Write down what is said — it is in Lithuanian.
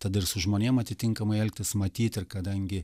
tada ir su žmonėm atitinkamai elgtis matyt ir kadangi